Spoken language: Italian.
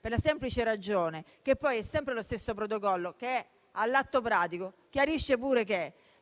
per la semplice ragione che lo stesso Protocollo, all'atto pratico, chiarisce: